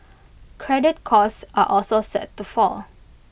credit costs are also set to fall